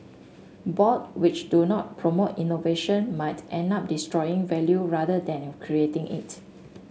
board which do not promote innovation might end up destroying value rather than creating it